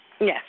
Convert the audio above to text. Yes